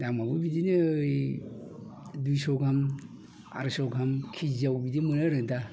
दामाबो बि दिनों दुइस' गाहाम आरायस' आहाम खिजिआव बिदि मोनो आरो दा